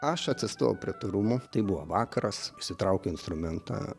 aš atsistojau prie tų rūmų tai buvo vakaras išsitraukiau instrumentą